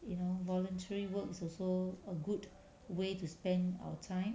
you know voluntary work is also a good way to spend our time